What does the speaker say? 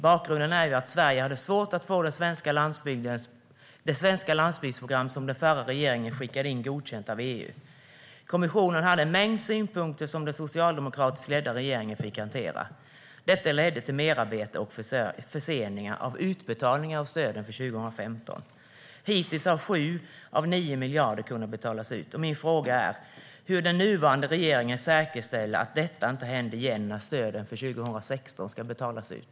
Bakgrunden är att Sverige hade svårt att få det svenska landsbygdsprogrammet, som den förra regeringen skickade in, godkänt av EU. Kommissionen hade en mängd synpunkter som den socialdemokratiskt ledda regeringen fick hantera. Detta ledde till merarbete och förseningar av utbetalningarna av stöden för 2015. Hittills har 7 av 9 miljarder kunnat betalas ut. Min fråga är hur den nuvarande regeringen säkerställer att detta inte händer igen när stöden för 2016 ska betalas ut.